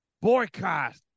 boycott